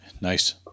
nice